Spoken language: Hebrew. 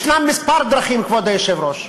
יש כמה דרכים, כבוד היושב-ראש.